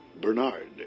Bernard